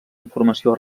informació